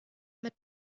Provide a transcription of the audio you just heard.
mit